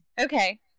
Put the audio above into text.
Okay